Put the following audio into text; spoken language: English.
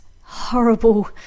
horrible